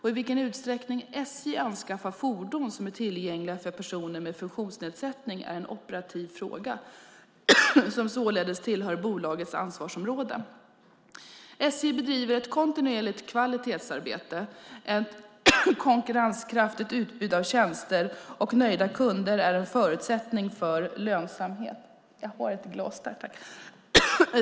I vilken utsträckning SJ anskaffar fordon som är tillgängliga för personer med funktionsnedsättning är en operativ fråga som således tillhör bolagets ansvarsområde. SJ bedriver ett kontinuerligt kvalitetsarbete. Ett konkurrenskraftigt utbud av tjänster och nöjda kunder är en förutsättning för lönsamhet.